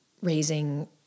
raising